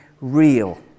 real